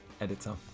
editor